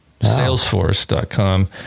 salesforce.com